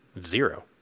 Zero